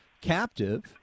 captive